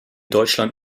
deutschland